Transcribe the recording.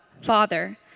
Father